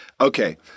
Okay